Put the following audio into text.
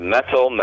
Metal